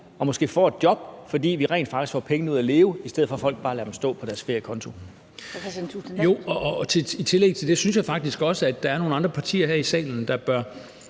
og måske får et job, fordi vi rent faktisk får pengene ud at leve, i stedet for at folk bare lader dem stå på deres feriekonto.